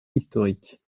historique